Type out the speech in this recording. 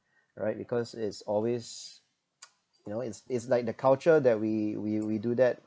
right because it's always you know it's it's like the culture that we we we do that